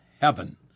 heaven